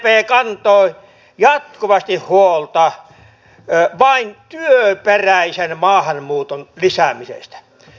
sdp kantoi jatkuvasti huolta vain työperäisen maahanmuuton lisäämisestä